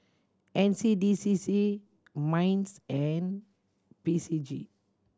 N C D C C MINDS and P C G